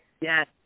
Yes